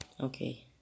Okay